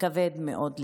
כבד מאוד,